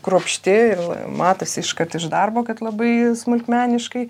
kruopšti ir matosi iškart iš darbo kad labai smulkmeniškai